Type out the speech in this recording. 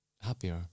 happier